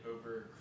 over